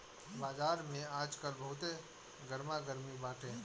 बाजार में आजकल बहुते गरमा गरमी बाटे